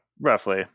Roughly